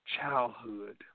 childhood